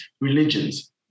religions